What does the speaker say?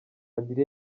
adrien